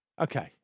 Okay